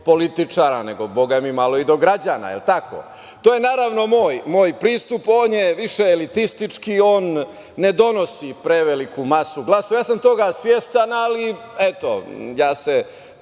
političara, nego, Boga mi, malo i do građana. To je, naravno, moj pristup. On je više elitistički i on ne donosi preveliku masu glasova. Ja sam toga svestan, ali ja se